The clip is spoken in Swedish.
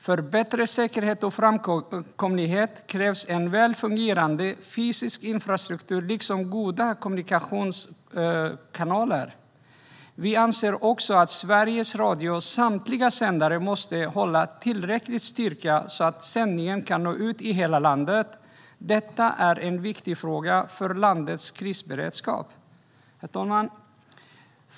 För bättre säkerhet och framkomlighet krävs en väl fungerande fysisk infrastruktur liksom goda kommunikationskanaler. Vi anser också att Sveriges Radios samtliga sändare måste hålla tillräcklig styrka så att sändningar kan nå ut i hela landet, vilket är en viktig fråga för landets krisberedskap. Herr talman!